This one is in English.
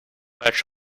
much